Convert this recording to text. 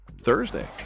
Thursday